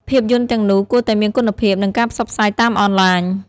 ភាពយន្តទាំងនោះគួរតែមានគុណភាព និងការផ្សព្វផ្សាយតាមអនឡាញ។